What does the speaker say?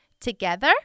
Together